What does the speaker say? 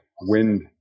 wind